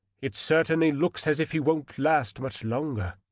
it certainly looks as if he wouldn't last much longer.